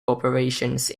corporations